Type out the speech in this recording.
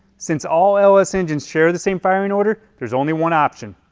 since all ls engines share the same firing order, there is only one option.